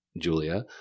Julia –